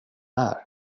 här